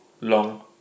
long